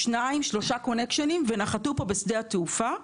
שניים-שלושה קונקשנים ונחתו פה בשדה התעופה.